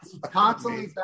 Constantly